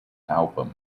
album